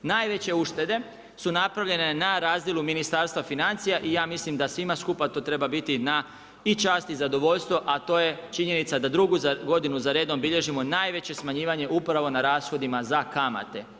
Najveće uštede su napravljene na razdjelu Ministarstva financija i ja mislim da svima skupa to treba biti na i čast i zadovoljstvo a to je činjenica da drugu godinu za redom bilježimo najveće smanjivanje upravo na rashodima za kamate.